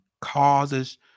causes